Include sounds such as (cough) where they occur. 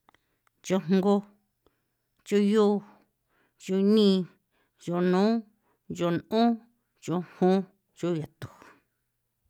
Cho jngu, cho yu, cho ni, cho nu, cho n'on, cho jon, cho yatu. (noise)